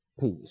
Peace